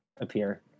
appear